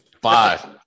Five